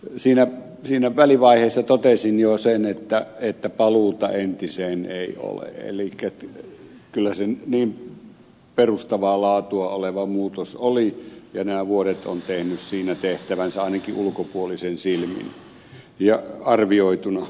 siinä välivaiheessa totesin jo sen että paluuta entiseen ei ole elikkä kyllä se niin perustavaa laatua oleva muutos oli ja nämä vuodet ovat tehneet siinä tehtävänsä ainakin ulkopuolisen silmin arvioituna